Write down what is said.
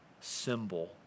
symbol